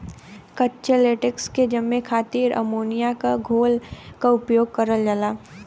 कच्चे लेटेक्स के जमे क खातिर अमोनिया क घोल क उपयोग करल जाला